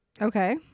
okay